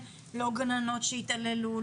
לא גננות שהתעללו,